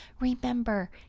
Remember